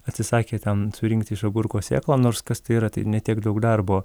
atsisakė ten surinkti iš agurko sėklą nors kas tai yra tai ne tiek daug darbo